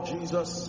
Jesus